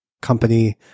company